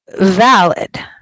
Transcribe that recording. valid